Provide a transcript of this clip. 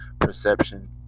Perception